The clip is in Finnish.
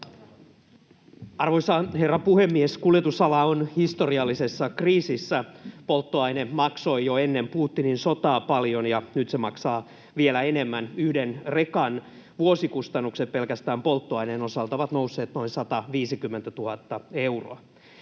Arvoisa herra puhemies! Kuljetusala on historiallisessa kriisissä. Polttoaine maksoi jo ennen Putinin sotaa paljon, ja nyt se maksaa vielä enemmän. Yhden rekan vuosikustannukset pelkästään polttoaineen osalta ovat nousseet noin 150 000 euroa.